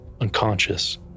unconscious